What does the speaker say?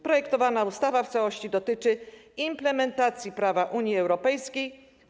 Projektowana ustawa w całości dotyczy implementacji prawa Unii Europejskiej.